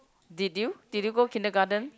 did you did you go kindergarten